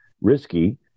risky